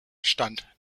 stand